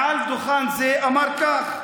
מעל דוכן זה אמר כך: